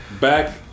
back